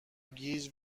گیج